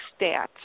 stats